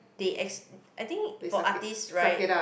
they ex~ I think for artist right